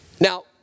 Now